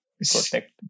protect